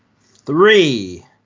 Three